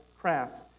crass